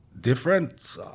different